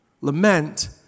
Lament